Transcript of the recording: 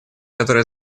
которая